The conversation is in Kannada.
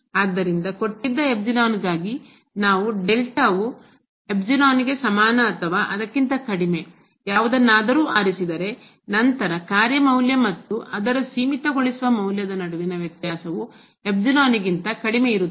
ಆದ್ದರಿಂದ ಕೊಟ್ಟಿದ್ದ ಕ್ಕಾಗಿ ನಾವು ವು ಗೆ ಸಮಾನ ಅಥವಾ ಅದಕ್ಕಿಂತ ಕಡಿಮೆ ಯಾವುದನ್ನಾದರೂ ಆರಿಸಿದರೆ ನಂತರ ಕಾರ್ಯ ಮೌಲ್ಯ ಮತ್ತು ಅದರ ಸೀಮಿತಗೊಳಿಸುವ ಮೌಲ್ಯದ ನಡುವಿನ ವ್ಯತ್ಯಾಸವು ಗಿಂತ ಕಡಿಮೆ ಇರುತ್ತದೆ